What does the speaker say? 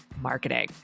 marketing